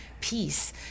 peace